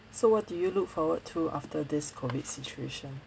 so what do you look forward to after this COVID situation